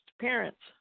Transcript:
parents